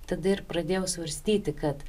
tada ir pradėjau svarstyti kad